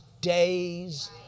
days